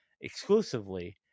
exclusively